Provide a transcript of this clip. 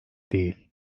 değil